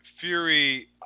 Fury